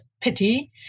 pity